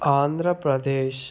Andhra Pradesh